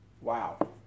wow